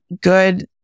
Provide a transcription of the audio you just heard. good